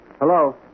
Hello